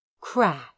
Crack